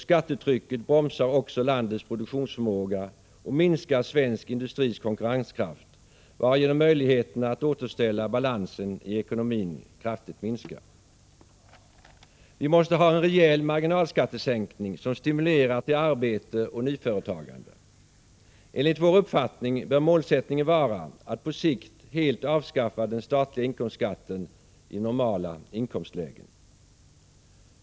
Skattetrycket bromsar också landets produktionsförmåga och minskar svensk industris konkurrenskraft, varigenom möjligheterna att återställa balansen i ekonomin kraftigt minskar. Vi måste ha en rejäl marginalskattesänkning som stimulerar till arbete och nyföretagande. Enligt vår uppfattning bör målsättningen vara att på sikt helt avskaffa den statliga inkomstskatten i normala inkomstlägen.